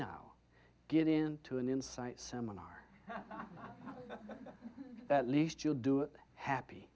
now get into an insight seminar at least you'll do it happy